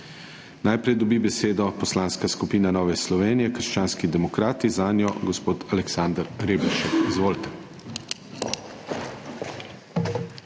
Najprej dobi besedo Poslanska skupina Nova Slovenija ─ krščanski demokrati, zanjo gospod Aleksander Reberšek. Izvolite.